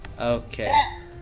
Okay